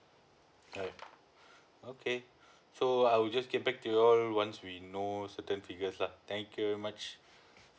right okay so I would just get back to you all once we know certain figures lah thank you very much